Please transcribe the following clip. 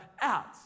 out